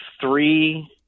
three